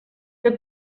que